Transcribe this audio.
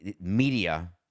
media